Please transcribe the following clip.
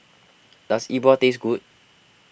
does Yi Bua taste good